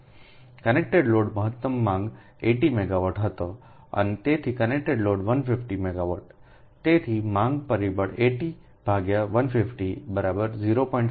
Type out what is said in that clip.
connected load મહત્તમ માંગ 80 megawatt હતી અને તેથી કનેક્ટેડ લોડ 150 મેગાવોટ તેથી માંગ પરિબળ 80150 0